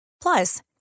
Plus